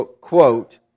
quote